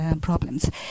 problems